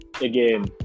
again